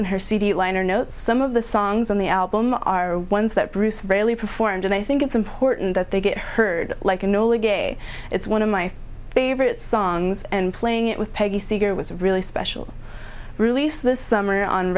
and her cd liner notes some of the songs on the album are ones that bruce braley performed and i think it's important that they get heard like enola gay it's one of my favorite songs and playing it with peggy seeger was a really special release this summer on